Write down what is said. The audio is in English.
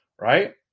right